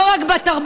ולא רק בתרבות,